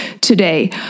today